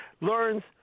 learns